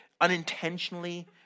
unintentionally